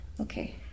Okay